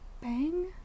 Bang